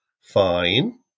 fine